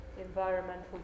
environmental